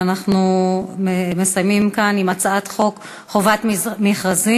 ואנחנו מסיימים כאן עם הצעת חוק חובת המכרזים.